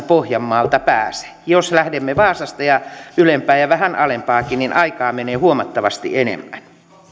pohjanmaalta pääse jos lähdemme vaasasta ja ylempää ja vähän alempaakin niin aikaa menee huomattavasti enemmän